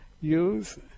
use